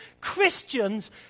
Christians